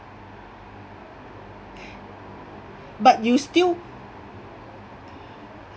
but you still